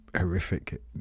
horrific